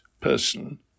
person